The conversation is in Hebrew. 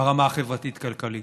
ברמה החברתית-כלכלית: